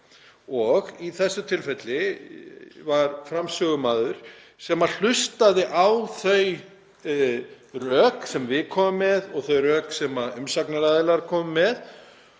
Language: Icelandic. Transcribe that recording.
Í þessu tilfelli var framsögumaður sem hlustaði á þau rök sem við komum með og þau rök sem umsagnaraðilar komu með